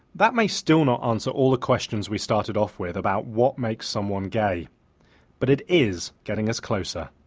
that may still not answer all the questions we started off with about what makes someone gay but it is getting us closer.